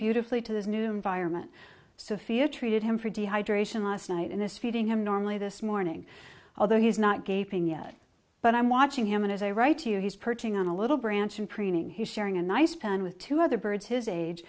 beautifully to this new environment sophia treated him for dehydration last night and this feeding him normally this morning although he's not gaping yet but i'm watching him and as i write to you he's perching on a little branch and preening he's sharing a nice pen with two other birds his age